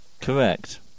Correct